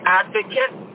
advocate